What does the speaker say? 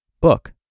book